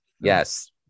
yes